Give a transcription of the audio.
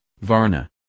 Varna